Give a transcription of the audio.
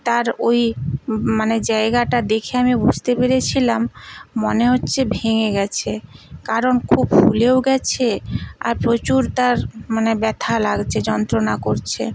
তার ওই মানে জায়গাটা দেখে আমি বুঝতে পেরেছিলাম মনে হচ্ছে ভেঙে গেছে কারণ খুব ফুলেও গেছে আর প্রচুর তার মানে ব্যথা লাগছে যন্ত্রণা করছে